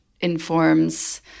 informs